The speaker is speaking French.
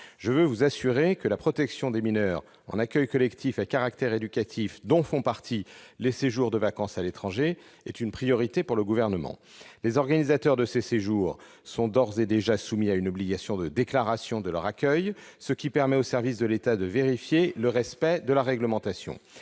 Je veux vous assurer que la protection des mineurs en accueil collectif à caractère éducatif, dont font partie les séjours de vacances à l'étranger, est une priorité pour le Gouvernement. Les organisateurs de ces séjours sont déjà soumis à une obligation de déclaration de leur accueil, ce qui permet aux services de l'État de vérifier le respect de la réglementation.